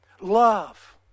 love